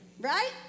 right